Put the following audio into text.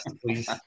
please